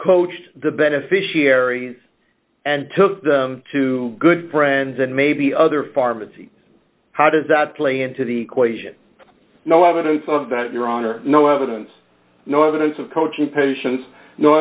coached the beneficiaries and took them to good friends and maybe other pharmacy how does that play into the equation no evidence of that your honor no evidence no evidence of coaching patients no